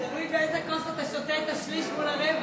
תלוי באיזה כוס אתה שותה את השליש מול הרבע.